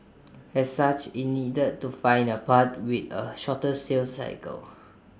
as such IT needed to find A path with A shorter sales cycle